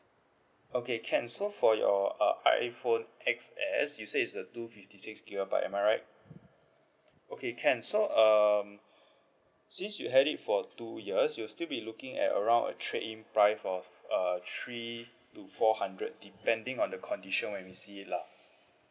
okay can so for your uh iphone X S you said is a two fifty six gigabyte am I right okay can so um since you had it for two years you'll still be looking at around a trade in price of uh three to four hundred depending on the condition when we see it lah